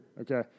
Okay